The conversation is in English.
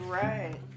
right